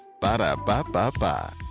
Ba-da-ba-ba-ba